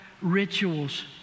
rituals